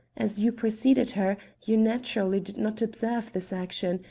as you preceded her, you naturally did not observe this action,